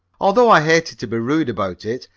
although i hated to be rude about it,